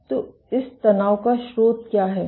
तो इस तनाव का स्रोत क्या है